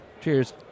Cheers